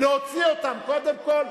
להוציא אותם קודם כול,